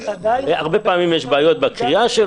הרבה פעמים יש בעיות בקריאה.